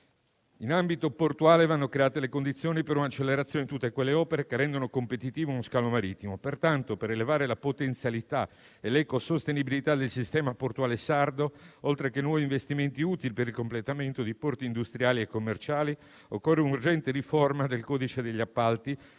In ambito portuale vanno create le condizioni per un'accelerazione di tutte quelle opere che rendono competitivo uno scalo marittimo. Pertanto, per elevare la potenzialità e l'ecosostenibilità del sistema portuale sardo, oltre che nuovi investimenti utili per il completamento di porti industriali e commerciali, occorre un urgente riforma del codice degli appalti